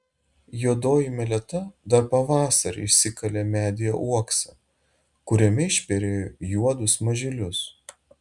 juodoji meleta dar pavasarį išsikalė medyje uoksą kuriame išperėjo juodus mažylius